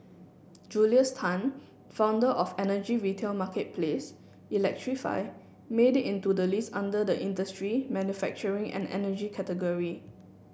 Julius Tan founder of energy retail marketplace electrify made it into the list under the industry manufacturing and energy category